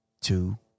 two